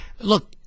look